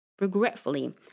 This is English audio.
Regretfully